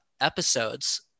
episodes